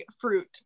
fruit